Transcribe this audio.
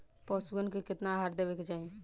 पशुअन के केतना आहार देवे के चाही?